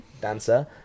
dancer